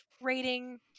rating